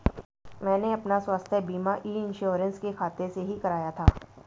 मैंने अपना स्वास्थ्य बीमा ई इन्श्योरेन्स के खाते से ही कराया था